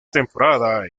temporada